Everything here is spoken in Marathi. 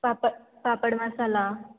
पापड पापड मसाला